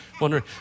wondering